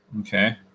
okay